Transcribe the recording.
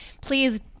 please